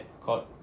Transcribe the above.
called